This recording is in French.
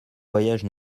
voyage